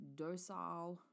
docile